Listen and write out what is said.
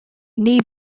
knee